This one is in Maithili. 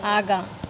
आगाँ